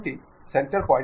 പ്രിയ സുഹൃത്തുക്കളെ